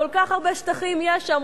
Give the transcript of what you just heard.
כל כך הרבה שטחים יש שם,